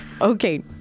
Okay